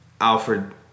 Alfred